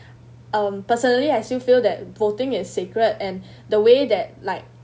um personally I still feel that voting is secret and the way that like